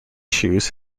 shoes